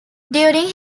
during